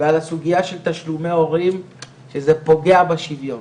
ועל הסוגיה של תשלומי הורים שזה פוגע בשוויון,